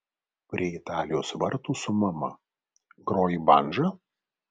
prie italijos vartų su mama groji bandža